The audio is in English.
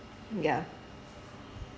ya